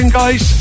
guys